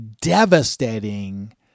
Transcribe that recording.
devastating